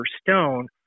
Stone